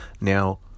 Now